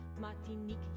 Martinique